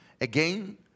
again